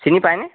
চিনি পায়নে